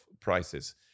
prices